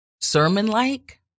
sermon-like